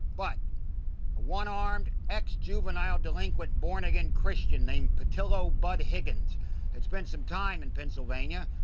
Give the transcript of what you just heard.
but a one-armed ex-juvenile delinquent born-again christian named patillo bud higgins had spent some time in pennsylvania,